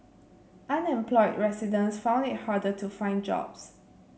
unemployed residents found it harder to find jobs